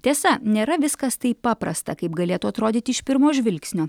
tiesa nėra viskas taip paprasta kaip galėtų atrodyti iš pirmo žvilgsnio